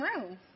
room